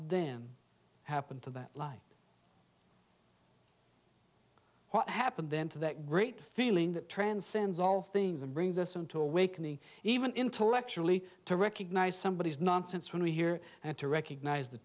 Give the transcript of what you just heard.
then happened to that life what happened then to that great feeling that transcends all things and brings us into awakening even intellectually to recognize somebody is nonsense when we hear and to recognize the